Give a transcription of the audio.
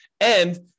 And-